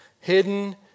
Hidden